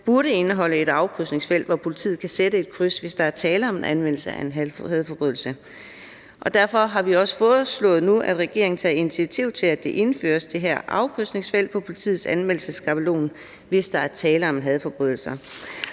burde indeholde et afkrydsningsfelt, hvor politiet kan sætte kryds, hvis der er tale om en hadforbrydelse. Derfor har vi nu også foreslået, at regeringen tager initiativ til, at det her afkrydsningsfelt indføjes på politiets anmeldelsesskabelon. Vi havde jo håbet, at der ville